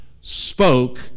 spoke